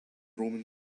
roman